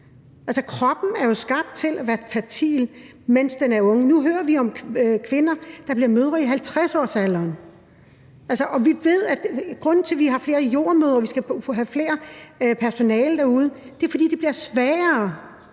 kroppen er jo skabt til at være fertil, mens den er ung. Nu hører vi om kvinder, der bliver mødre i 50-årsalderen, og grunden til, at vi har flere jordemødre, og at vi skal have mere personale derude, er, at det bliver sværere